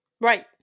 right